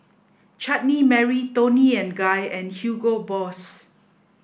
Chutney Mary Toni and Guy and Hugo Boss